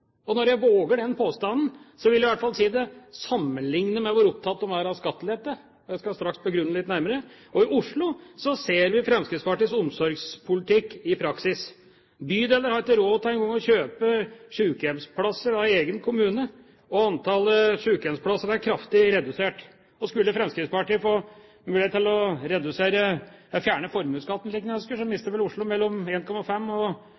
jeg våger den påstanden – i hvert fall sammenliknet med hvor opptatt de er av skattelette. Jeg skal straks begrunne det litt nærmere. I Oslo ser vi Fremskrittspartiets omsorgspolitikk i praksis. Bydeler har ikke engang råd til å kjøpe sykehjemsplasser av egen kommune, og antallet sykehjemsplasser er kraftig redusert. Skulle Fremskrittspartiet få mulighet til å fjerne formuesskatten slik de ønsker, mister vel Oslo mellom 1,5 og